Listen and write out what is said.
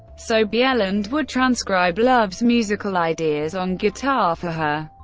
so bjelland would transcribe love's musical ideas on guitar for her.